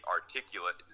articulate